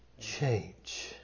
change